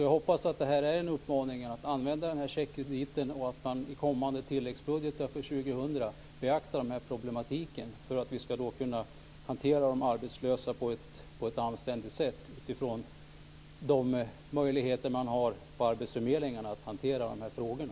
Jag hoppas att detta är en uppmaning att använda sig av checkkrediten och att man i kommande tilläggsbudget för 2000 beaktar problematiken så att de arbetslösa ska kunna hanteras på ett anständigt sätt utifrån de möjligheterna som finns ute på arbetsförmedlingarna.